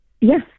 Yes